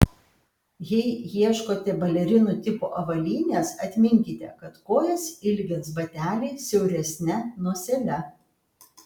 jei ieškote balerinų tipo avalynės atminkite kad kojas ilgins bateliai siauresne nosele